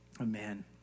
Amen